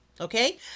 okay